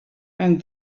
and